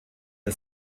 der